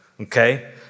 Okay